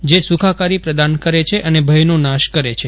જે સુખાકારી પ્રદાન કરે છે અને ભયનો નાશ કરે છે